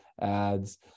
ads